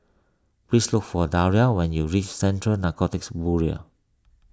please look for Daria when you reach Central Narcotics Bureau